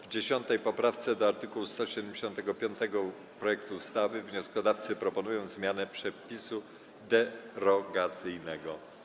W 10. poprawce do art. 175 projektu ustawy wnioskodawcy proponują zmianę przepisu derogacyjnego.